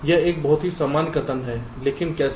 यह एक बहुत ही सामान्य कथन है लेकिन कैसे